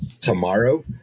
tomorrow